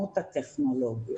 המגמות הטכנולוגיות.